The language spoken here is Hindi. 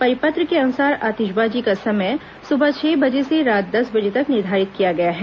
परिपत्र के अनुसार आतिशबाजी का समय सुबह छह बजे से रात दस बजे तक निर्धारित किया गया है